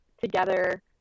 together